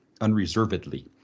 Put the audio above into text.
unreservedly